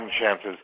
chances